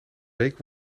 week